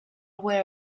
aware